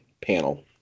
panel